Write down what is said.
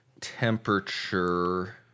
temperature